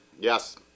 Yes